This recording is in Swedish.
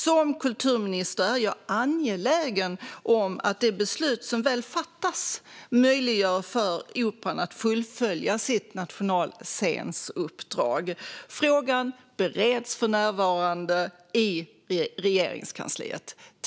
Som kulturminister är jag angelägen om att det beslut som väl fattas möjliggör för Operan att fullfölja sitt nationalscensuppdrag. Frågan bereds för närvarande i Regeringskansliet.